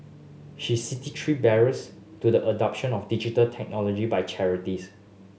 she city three barriers to the adoption of digital technology by charities